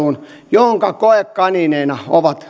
jonka koekaniineina